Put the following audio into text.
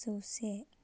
जौसे